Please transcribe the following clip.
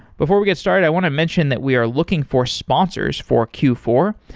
before we get started, i want to mention that we are looking for sponsors for q four.